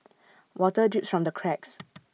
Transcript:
water drips from the cracks